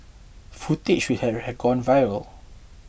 footage which had gone viral